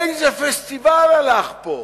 איזה פסטיבל הלך פה,